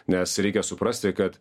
nes reikia suprasti kad